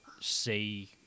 see